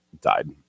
died